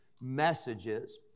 messages